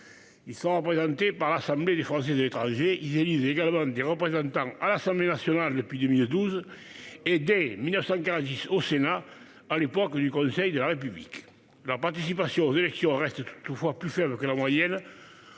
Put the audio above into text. ils sont représentés par l'Assemblée des Français de l'étranger. Ils élisent également des représentants à l'Assemblée nationale depuis 2012, et depuis 1946 au Sénat- à l'époque Conseil de la République. Leur participation aux élections reste toutefois plus faible que la moyenne,